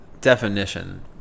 definition